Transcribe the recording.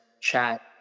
chat